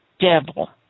devil